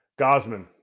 Gosman